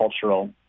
cultural